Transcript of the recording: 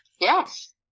yes